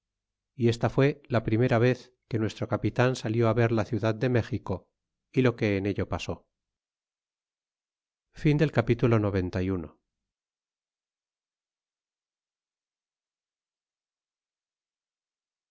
y está fué la primera vez que nuestro capita n salió á ver la ciudad de méxico y lo que en ello pasó capitulo